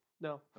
No